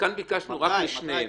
כאן ביקשנו רק לשניהם.